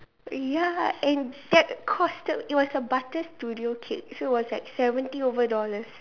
ya and that cost it was a butter studio cake so is was like seventy over dollars